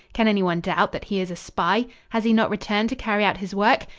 can anyone doubt that he is a spy? has he not returned to carry out his work?